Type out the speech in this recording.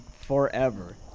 forever